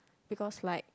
because like